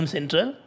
Central